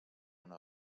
una